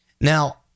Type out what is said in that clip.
Now